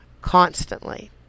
constantly